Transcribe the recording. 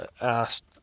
asked